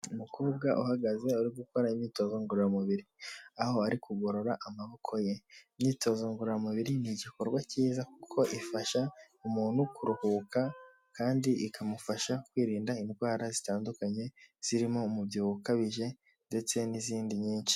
Umukobwa uhagaze ari gukora imyitozo ngororamubiri. Aho ari kugorora amaboko ye. Imyitozo ngororamubiri ni igikorwa cyiza kuko ifasha umuntu kuruhuka kandi ikamufasha kwirinda indwara zitandukanye, zirimo umubyibuho ukabije ndetse n'izindi nyinshi.